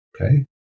Okay